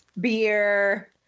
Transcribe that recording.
beer